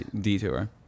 detour